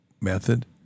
method